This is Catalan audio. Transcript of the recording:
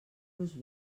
los